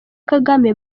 kagame